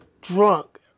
Drunk